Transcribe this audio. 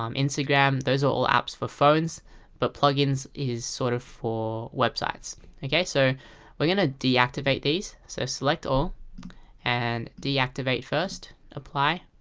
um instagram those are all apps for phones but plug-ins is sort of for websites so we're gonna deactivate these so select all and deactivate first, apply